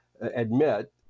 admit